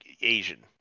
Asian